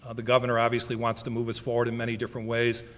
the governor obviously wants to move us forward in many different ways.